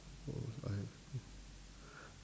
what was your I